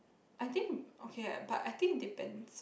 I think okay but I think depends